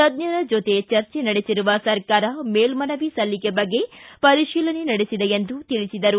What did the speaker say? ತಜ್ಜರ ಜತೆ ಚರ್ಚೆ ನಡೆಸಿರುವ ಸರ್ಕಾರ ಮೇಲ್ಮನವಿ ಸಲ್ಲಿಕೆ ಬಗ್ಗೆ ಪರಿತೀಲನೆ ನಡೆಸಿದೆ ಎಂದು ತಿಳಿಸಿದರು